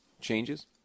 changes